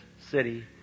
city